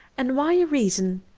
and why a reason,